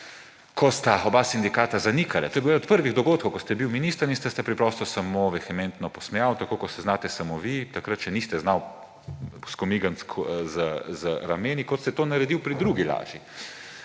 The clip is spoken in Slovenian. ko sta oba sindikata zanikala. To je bil en prvih dogodkov, ko ste bili minister, in ste se preprosto samo vehementno posmejali, tako kot se znate samo vi, takrat še niste znali skomigniti z rameni, kot ste to naredili pri drugi laži.